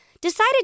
decided